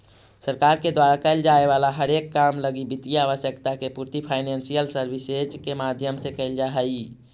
सरकार के द्वारा कैल जाए वाला हरेक काम लगी वित्तीय आवश्यकता के पूर्ति फाइनेंशियल सर्विसेज के माध्यम से कैल जा हई